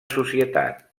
societat